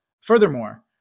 Furthermore